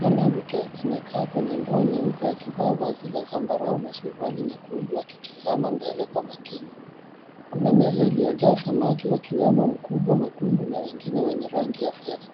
Mwanamke amekaa kwenye ndoo nyeupe akivaa vazi la zambarau na suruali nyekundu akitizama mbele kwa makini. Kuna meza iliyojaa samaki wakiwemo mkubwa mwekundu na wengine wenye rangi ya fedha.